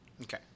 Okay